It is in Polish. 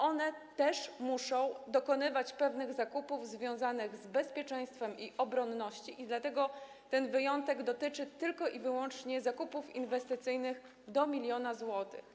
One też muszą dokonywać pewnych zakupów związanych z bezpieczeństwem i obronnością i dlatego ten wyjątek dotyczy tylko i wyłącznie zakupów inwestycyjnych do 1 mln zł.